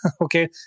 okay